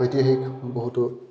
ঐতিহাসিক বহুতো